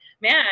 man